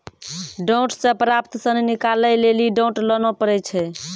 डांट से प्राप्त सन निकालै लेली डांट लाना पड़ै छै